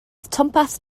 twmpath